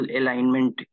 alignment